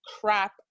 crap